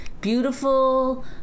Beautiful